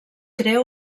crea